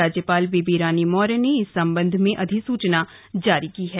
राज्यपाल बेबी रानी मौर्य ने इस संबंध में अधिसूचना जारी की है